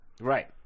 right